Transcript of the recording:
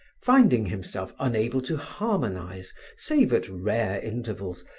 finding himself unable to harmonize, save at rare intervals,